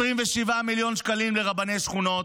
27 מיליון שקלים לרבני שכונות,